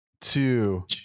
two